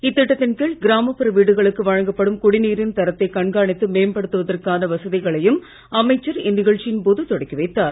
இத்திட்டத்தின் கீழ் கிராமப்புற வீடுகளுக்கு வழங்கப்படும் குடிநீரின் தரத்தை கண்காணித்து மேம்படுத்துவதற்கான வசதிகளையும் அமைச்சர் இந்நிகழ்ச்சியின் போது தொடக்கி வைத்தார்